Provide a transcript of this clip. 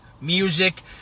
music